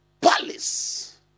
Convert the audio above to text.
palace